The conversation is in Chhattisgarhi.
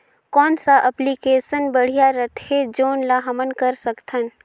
कौन सा एप्लिकेशन बढ़िया रथे जोन ल हमन कर सकथन?